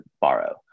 borrow